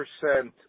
percent